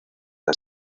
las